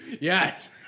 Yes